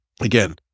again